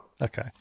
Okay